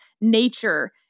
nature